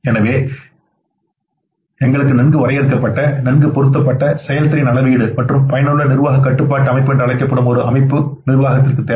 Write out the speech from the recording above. எனவே எங்களுக்கு நன்கு வரையறுக்கப்பட்ட நன்கு பொருத்தப்பட்ட செயல்திறன் அளவீடு மற்றும் மிகவும் பயனுள்ள நிர்வாக கட்டுப்பாட்டு அமைப்பு என்று அழைக்கப்படும் ஒரு அமைப்பு தேவை